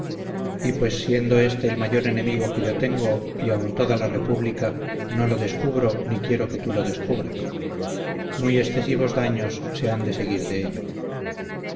y pues siendo este el mayor enemigo que yo tengo y aun toda la república no lo descubro ni quiero que tú lo descubras muy excesivos daños se han de seguir de ello